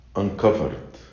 uncovered